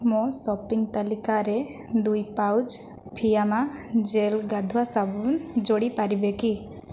ମୋ ସପିଂ ତାଲିକାରେ ଦୁଇ ପାଉଚ୍ ଫିଆମା ଜେଲ୍ ଗାଧୁଆ ସାବୁନ୍ ଯୋଡ଼ି ପାରିବେ କି